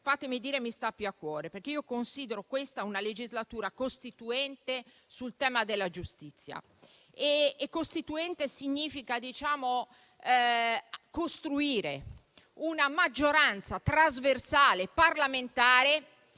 tema che mi sta più a cuore. Considero questa una legislatura costituente sul tema della giustizia. Costituente significa costruire una maggioranza trasversale parlamentare